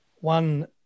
One